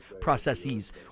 processes